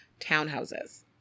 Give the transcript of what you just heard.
townhouses